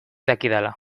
dakidala